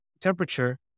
temperature